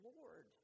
Lord